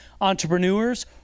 entrepreneurs